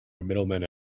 middlemen